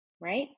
right